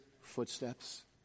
footsteps